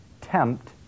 tempt